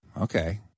Okay